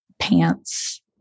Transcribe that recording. pants